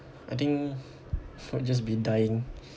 I think might just be dying